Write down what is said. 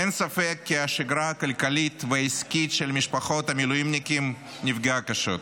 אין ספק כי השגרה הכלכלית והעסקית של משפחות המילואימניקים נפגעה קשות,